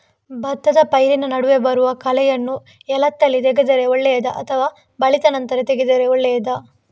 ಭತ್ತದ ಪೈರಿನ ನಡುವೆ ಬರುವ ಕಳೆಯನ್ನು ಎಳತ್ತಲ್ಲಿ ತೆಗೆದರೆ ಒಳ್ಳೆಯದಾ ಅಥವಾ ಬಲಿತ ನಂತರ ತೆಗೆದರೆ ಒಳ್ಳೆಯದಾ?